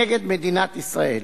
נגד מדינת ישראל,